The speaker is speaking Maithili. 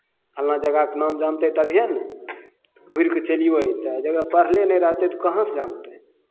फल्लाँ जगहके नाम जनतै तभिए ने घुरि कऽ चलिओ अबितै लेकिन पढ़ले नहि रहतै तऽ कहाँसँ जानतै